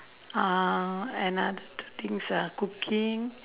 um another two things ah cooking